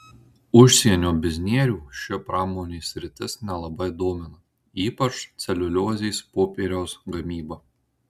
užsienio biznierių ši pramonės sritis nelabai domina ypač celiuliozės popieriaus gamyba